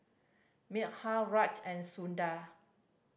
Milkha Raj and Sundar